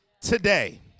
today